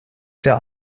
wer